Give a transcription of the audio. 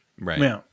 Right